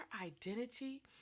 identity